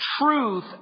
Truth